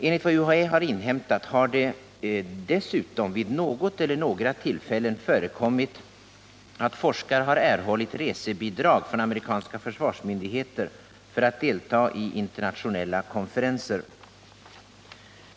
Enligt vad UHÄ har inhämtat har det dessutom vid något eller några tillfällen förekommit att forskare har erhållit resebidrag från amerikanska försvarsmyndigheter för att delta i internationella konferenser.